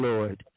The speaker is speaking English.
Lord